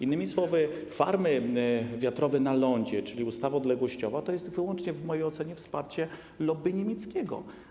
Innymi słowy farmy wiatrowe na lądzie, czyli ustawa odległościowa, to jest w mojej ocenie wyłącznie wsparcie lobby niemieckiego.